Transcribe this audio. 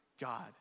God